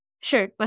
Sure